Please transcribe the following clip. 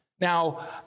Now